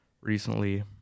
recently